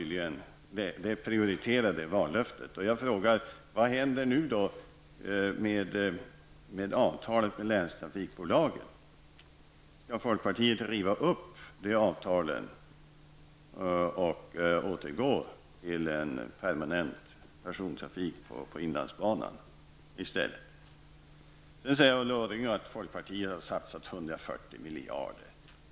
Det vallöftet är tydligen prioriterat. Ulla Orring säger att folkpartiet har satsat 140 miljarder.